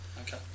Okay